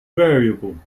variable